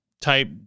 type